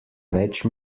več